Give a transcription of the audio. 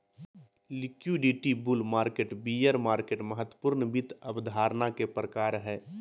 liquidity, bull market, bear market महत्वपूर्ण वित्त अवधारणा के प्रकार हय